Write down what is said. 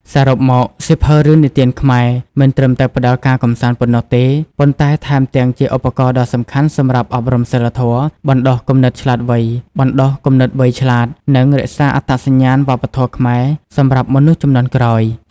សរុបមក សៀវភៅរឿងនិទានខ្មែរ មិនត្រឹមតែផ្ដល់ការកម្សាន្តប៉ុណ្ណោះទេ ប៉ុន្តែថែមទាំងជាឧបករណ៍ដ៏សំខាន់សម្រាប់ អប់រំសីលធម៌ បណ្ដុះគំនិតវៃឆ្លាត និង រក្សាអត្តសញ្ញាណវប្បធម៌ខ្មែរ សម្រាប់មនុស្សជំនាន់ក្រោយ។